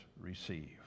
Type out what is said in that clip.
receive